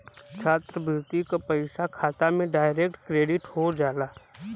छात्रवृत्ति क पइसा खाता में डायरेक्ट क्रेडिट हो जाला